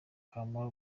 kamara